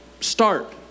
start